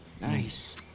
Nice